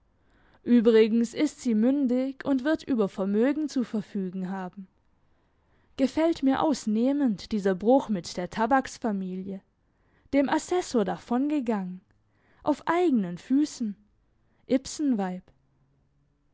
übrigens ist sie mündig und wird über vermögen zu verfügen haben gefällt mir ausnehmend dieser bruch mit der tabaksfamilie dem assessor davongegangen auf eigenen füssen